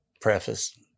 preface